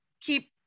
keep